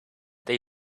they